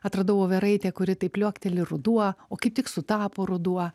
atradau voveraitę kuri taip liuokteli ruduo o kaip tik sutapo ruduo